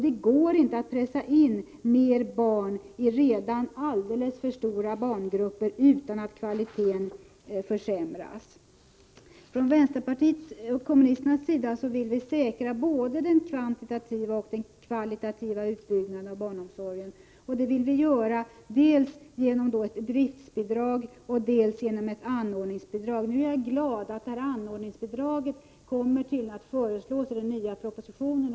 Man kan inte pressa in fler barn i redan alldeles för stora barngrupper utan att kvaliteten försämras. Vi vill från vänsterpartiet kommunisternas sida säkra både den kvantitativa och den kvalitativa utbyggnaden av barnomsorgen, och det vill vi göra dels genom ett driftsbidrag, dels genom ett anordningsbidrag. Jag är glad över att ett anordningsbidrag tydligen föreslås i den nya propositionen.